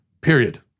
Period